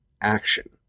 action